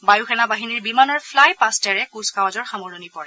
বায়ু সোনা বাহিনীৰ বিমানৰ ফ্লাই পাষ্টেৰে কুচকাৱাজৰ সামৰণি পৰে